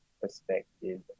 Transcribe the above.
perspective